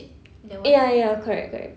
ya ya correct correct